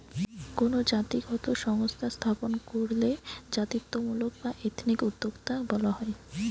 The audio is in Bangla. কোনো জাতিগত সংস্থা স্থাপন কইরলে জাতিত্বমূলক বা এথনিক উদ্যোক্তা বলা হয়